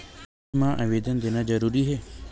ऋण मा आवेदन देना जरूरी हे?